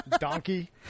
Donkey